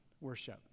worship